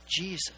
Jesus